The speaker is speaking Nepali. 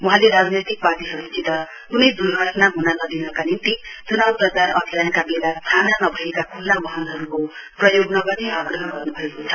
वहाँले राजनैतिक पार्टीहरुसित कुनै दुघर्टना हुन नदिनका निम्ति चुनाव प्रचार अभियानका वेला छाना नभएका खुल्ला वाहनहरुको प्रयोग नगर्ने आग्रह गर्नुभएको छ